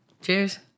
Cheers